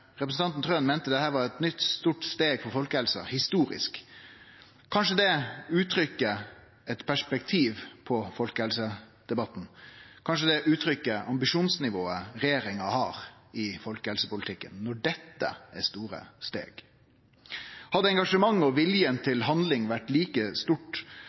Representanten Trøen meinte dette var eit nytt, stort og historisk steg for folkehelsa. Kanskje uttrykkjer det eit perspektiv på folkehelsedebatten, kanskje uttrykkjer det ambisjonsnivået regjeringa har i folkehelsepolitikken, når dette er store steg. Hadde engasjementet og viljen til handling vore like stort